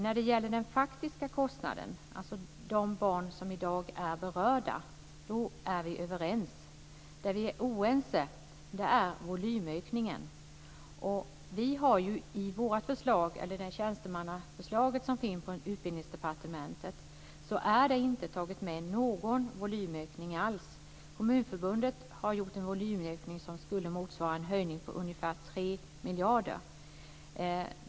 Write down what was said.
När det gäller den faktiska kostnaden, alltså de barn som i dag är berörda, är vi överens. Det vi är oense om är volymökningen. I det tjänstemannaförslag som föreligger från Utbildningsdepartementet har det inte tagits med någon volymökning alls. Kommunförbundet har räknat med en volymökning som skulle motsvara en höjning på ungefär 3 miljarder.